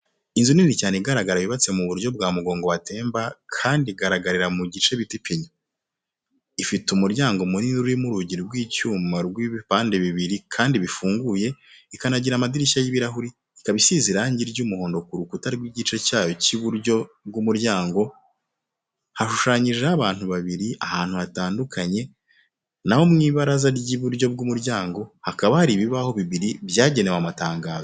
Inzu nini cyane igaragara yubatse ku buryo bwa mugongo wa temba, kandi igaragarira mu gice bita ipinyo. Ifite umuryango munini urimo urugi rw'icyuma rw'ibipande bibiri kandi bifunguye, ikanagira amadirishya y'ibirahuri, ikaba isize irangi ry'umuhondo ku rukuta rw'igice cyayo cy'iburyo bw'umuryango, hashushanyijeho abantu babiri ahantu hatandukanye na ho mu ibaraza ry'iburyo bw'umuryango. Hakaba harimo ibibaho bibiri byagenewe amatangazo.